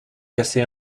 cassé